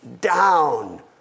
down